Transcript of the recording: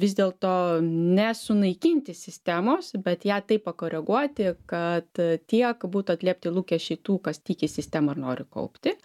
vis dėlto ne sunaikinti sistemos bet ją taip pakoreguoti kad tiek būtų atliepti lūkesčiai tų kas tiki sistema ir nori kaupti